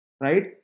right